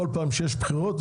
כל פעם שיש בחירות,